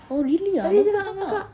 oh really ah bagus ah kak